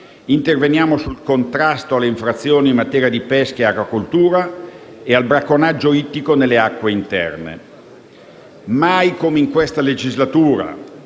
di rete, il contrasto alle infrazioni in materia di pesca e acquacoltura e al bracconaggio ittico nelle acque interne. Mai come in questa legislatura